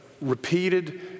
repeated